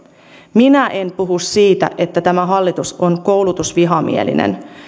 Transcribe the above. minä en puhu siitä että tämä hallitus on koulutusvihamielinen